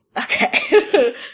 okay